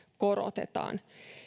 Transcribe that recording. korotetaan